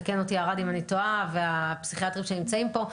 ויתקנו אותי ערד והפסיכיאטרים שנמצאים פה,